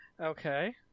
Okay